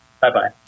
Bye-bye